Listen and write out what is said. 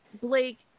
blake